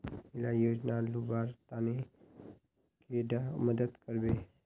इला योजनार लुबार तने कैडा मदद करबे?